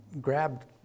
grabbed